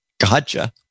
Gotcha